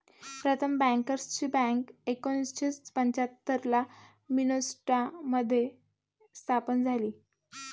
प्रथम बँकर्सची बँक एकोणीसशे पंच्याहत्तर ला मिन्सोटा मध्ये स्थापन झाली